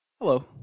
Hello